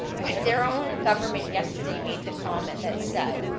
but their own government yesterday made the comment that said